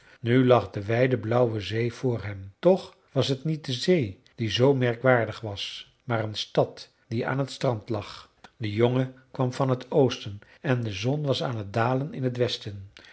nu lag de wijde blauwe zee voor hem toch was het niet de zee die zoo merkwaardig was maar een stad die aan t strand lag de jongen kwam van het oosten en de zon was aan het dalen in het westen